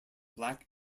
black